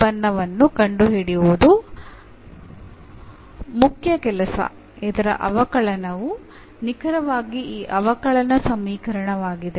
ಈ ಉತ್ಪನ್ನ f ಅನ್ನು ಕಂಡುಹಿಡಿಯುವುದು ಮುಖ್ಯ ಕೆಲಸ ಇದರ ಅವಕಲನವು ನಿಖರವಾಗಿ ಈ ಅವಕಲನ ಸಮೀಕರಣವಾಗಿದೆ